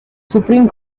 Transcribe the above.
supreme